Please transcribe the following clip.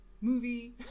movie